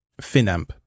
Finamp